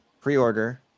pre-order